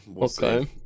Okay